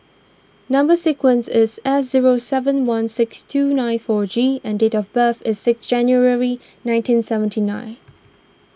Number Sequence is S zero seven one six two nine four G and date of birth is six January nineteen seventy nine